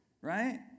right